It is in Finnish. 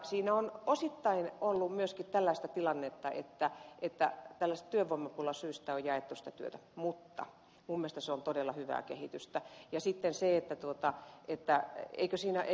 siinä on osittain ollut myöskin tällaista tilannetta että tällaisista työvoimapulasyistä on jaettu sitä työtä mutta minun mielestäni se on todella hyvää kehitystä ja sitten se että tuota itälä ei kysellä